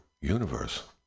universe